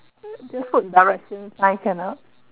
just put direction sign can or not